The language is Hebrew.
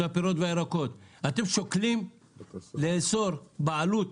הפירות והירקות אתם שוקלים לאסור בעלות